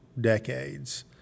decades